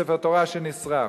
ספר תורה שנשרף,